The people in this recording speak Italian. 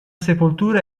sepolture